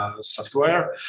software